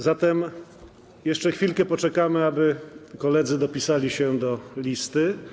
Zatem jeszcze chwilkę poczekamy, aby koledzy dopisali się do listy.